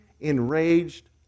enraged